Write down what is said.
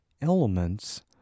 elements